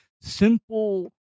simple